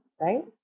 right